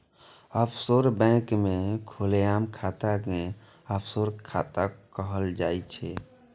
offshore bank मे खोलाएल खाता कें ऑफसोर खाता कहल जाइ छै